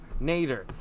nader